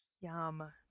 Yum